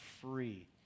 free